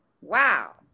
wow